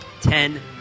ten